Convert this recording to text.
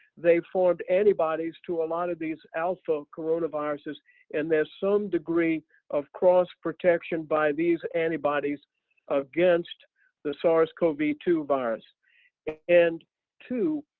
they formed antibodies to a lot of these alpha coronaviruses and there's some degree of cross protection by these antibodies against the sars cov two virus and two.